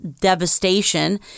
devastation